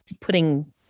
putting